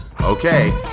Okay